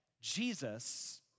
Jesus